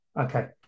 Okay